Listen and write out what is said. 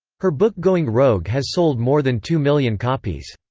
her book going rogue has sold more than two million copies.